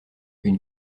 une